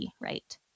right